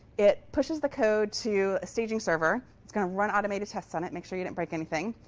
it pushes the code to a staging server. it's going to run automated tests on it, make sure you didn't break anything.